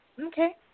Okay